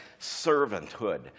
servanthood